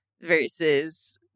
versus